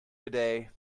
today